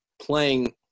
playing